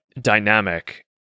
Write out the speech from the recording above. dynamic